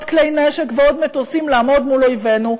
כלי נשק ועוד מטוסים לעמוד מול אויבינו,